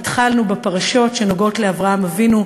התחלנו בפרשות שנוגעות באברהם אבינו,